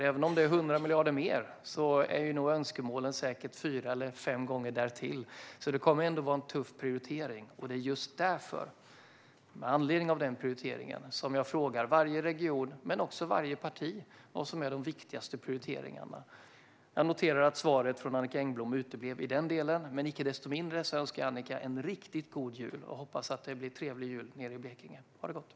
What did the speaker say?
Även om vi har 100 miljarder mer är säkert önskemålet fyra eller fem gånger större, så det kommer ändå att vara en tuff prioritering. Det är just med anledning av detta som jag frågar varje region, men också varje parti, vad som är de viktigaste prioriteringarna. Jag noterar att svaret från Annicka Engblom uteblev i den delen. Icke desto mindre önskar jag Annicka en riktigt god jul och hoppas att det blir en trevlig jul nere i Blekinge. Ha det gott!